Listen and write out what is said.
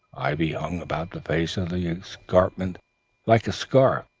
ivy hung about the face of the escarpment like a scarf,